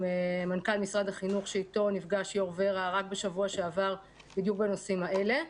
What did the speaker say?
מנכ"ל המשרד שאיתו נפגש יו"ר ור"ה רק בשבוע שעבר לגבי הנושאים הללו.